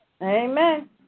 Amen